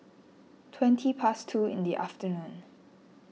twenty past two in the afternoon